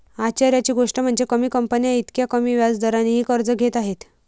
आश्चर्याची गोष्ट म्हणजे, कमी कंपन्या इतक्या कमी व्याज दरानेही कर्ज घेत आहेत